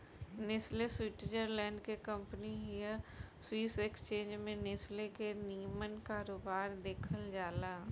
Nestle Switzerland के company हिय Swiss exchange में नेस्ले के निमन कारोबार देखल जाला